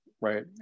right